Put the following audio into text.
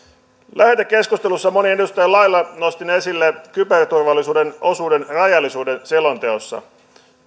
lähetekeskustelussa monen edustajan lailla nostin esille kyberturvallisuuden osuuden rajallisuuden selonteossa